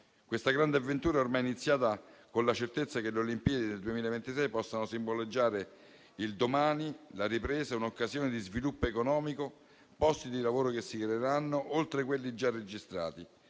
Questa grande avventura è iniziata con la certezza che le Olimpiadi del 2026 possano simboleggiare il domani, la ripresa e un'occasione di sviluppo economico: si creeranno posti di lavoro oltre a quelli già registrati